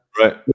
right